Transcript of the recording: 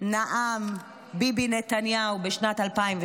נאם ביבי נתניהו בשנת 2008,